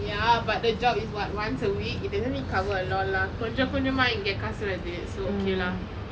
ya but the job is what once a week it's doesn't really cover a lot lah கொஞ்சம் கொஞ்சமா இங்கே காசு வருது:konjam konjama inge kaasu varuthu so okay lah